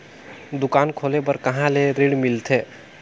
दुकान खोले बार कहा ले ऋण मिलथे?